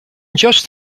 just